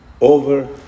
Over